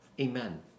Amen